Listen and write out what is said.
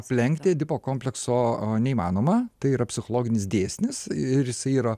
aplenkti edipo komplekso neįmanoma tai yra psichologinis dėsnis ir jisai yra